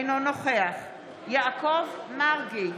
אינו נוכח יעקב מרגי,